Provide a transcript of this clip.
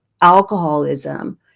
alcoholism